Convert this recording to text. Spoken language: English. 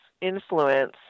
influence